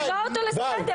סליחה, תקרא אותו לסדר.